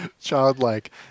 childlike